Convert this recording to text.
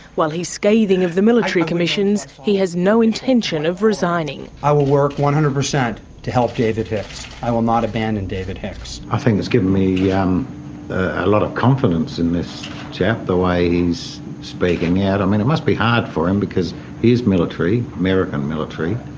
while he's scathing of the military commissions, he has no intention of resigning. i will work one hundred per cent to help david hicks, i will not abandon david hicks. i think it's given me um a lot of confidence in this chap, the way he's speaking and and it must be hard for him, because he is military, american military,